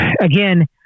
again